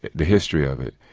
the history of it,